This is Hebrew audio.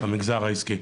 המגזר העסקי.